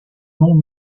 non